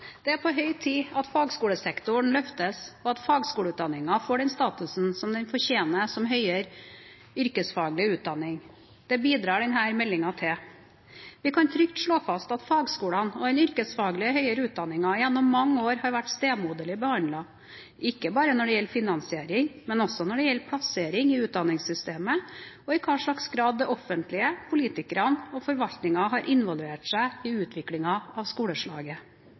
på høy tid at fagskolesektoren løftes, og at fagskoleutdanningen får den status som den fortjener som høyere yrkesfaglig utdanning. Det bidrar denne meldingen til. Vi kan trygt slå fast at fagskolene og den yrkesfaglige høyere utdanningen gjennom mange år har vært stemoderlig behandlet, ikke bare når det gjelder finansiering, men også når det gjelder plassering i utdanningssystemet og i hvilken grad det offentlige, politikerne og forvaltningen har involvert seg i utviklingen av skoleslaget.